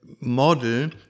model